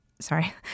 sorry